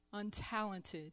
untalented